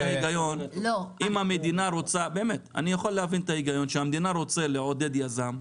אני יכול להבין את ההיגיון שהמדינה רוצה לעודד יזם,